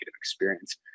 experience